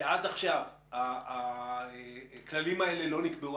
שעד עכשיו הכללים האלה לא נקבעו.